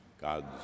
God's